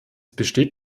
besteht